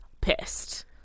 pissed